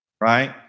right